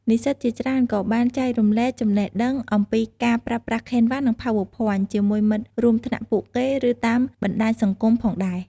និស្សិតជាច្រើនក៏បានចែករំលែលចំណេះដឹងអំពីការប្រើប្រាស់ Canva និង PowerPoint ជាមួយមិត្តរួមថ្នាក់ពួកគេ ឬតាមបណ្ដាញសង្គមផងដែរ។